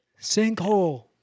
Sinkhole